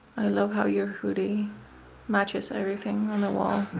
i love how your hoodie matches everything on the wall